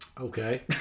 Okay